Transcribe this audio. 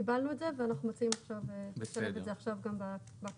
קיבלנו את זה ואנחנו מציעים עכשיו לשלב את זה עכשיו גם בהקראה.